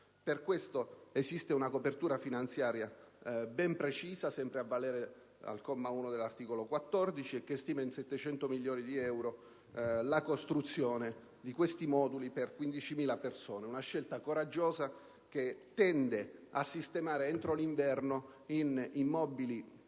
Per questo esiste una copertura finanziaria ben precisa, sempre a valere al comma 1 dell'articolo 14 e che stima in 700 milioni di euro la costruzione di questi moduli per 15.000 persone. È una scelta coraggiosa, che tende a sistemare entro l'inverno le